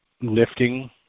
lifting